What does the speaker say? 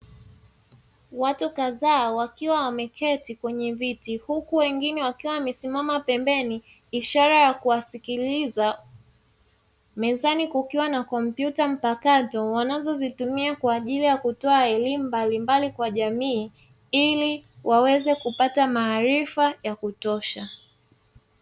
Watu kadhaa wakiwa wameketi kwenye viti huku wengine wakiwa wamesimama pembeni ishara ya kuwasikiliza, mezani kukiwa na kompyuta mpakato wanazozitumia kwa ajili ya kutoa elimu mbalimbali kwa jamii, ili waweze kupata maarifa ya kutosha.